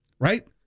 Right